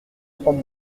trente